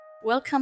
Welcome